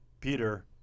Peter